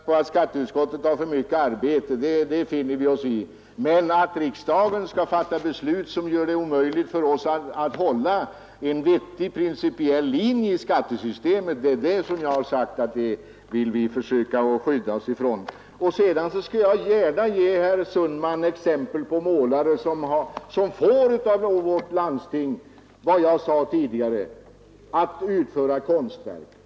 Fru talman! Jag har aldrig klagat över att skatteutskottet har för mycket arbete; det finner vi oss i. Men att riksdagen skall fatta beslut som gör det omöjligt för oss att hålla en vettig principiell linje i skattesystemet, det är det som jag sagt att vi vill försöka skydda oss för. Jag skall gärna ge herr Sundman exempel på målare som får betalt av något landsting med sådana summor som jag nämnde tidigare för att utföra konstverk.